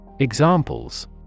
Examples